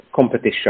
competition